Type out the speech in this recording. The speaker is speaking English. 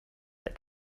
that